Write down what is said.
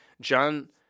John